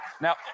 Now